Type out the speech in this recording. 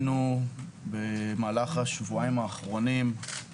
במהלך השבועיים האחרונים חווינו